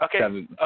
Okay